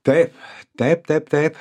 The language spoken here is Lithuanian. taip taip taip taip